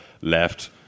left